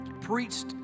preached